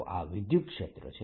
તો આ વિદ્યુતક્ષેત્ર છે